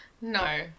no